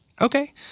Okay